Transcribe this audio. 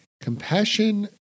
compassion